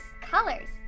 colors